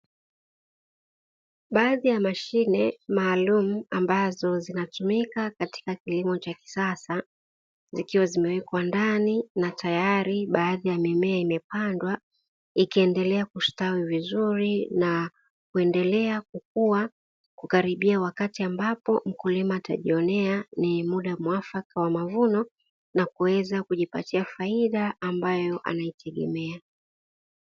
Baadhi ya mashine maalumu, ambazo zinatumika katika kilimo cha kisasa, zikiwa zimewekwa ndani na tayari baadhi ya mimea imepandwa; ikiendelea kustawi vizuri na kuendelea kukua kukaribia wakati ambapo mkulima atajionea ni muda muafaka wa mavuno na kuweza kujipatia faida, ambayo anaitegemea.